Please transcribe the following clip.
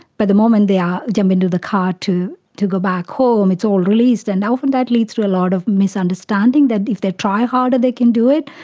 but the moment they um jump into the car to to go back home it's all released, and often that leads to a lot of misunderstanding, that if they try harder they can do it.